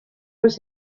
was